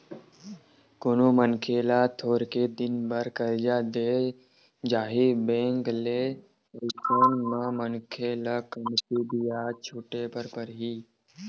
कोनो मनखे ल थोरके दिन बर करजा देय जाही बेंक ले अइसन म मनखे ल कमती बियाज छूटे बर परही